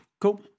Cool